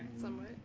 Somewhat